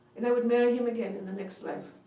and i would marry him again in the next life.